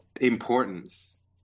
importance